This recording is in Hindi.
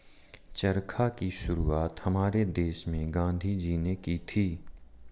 चरखा की शुरुआत हमारे देश में गांधी जी ने की थी